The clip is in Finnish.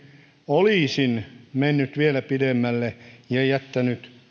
olisin mennyt vielä pidemmälle ja jättänyt